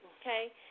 okay